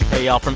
y'all.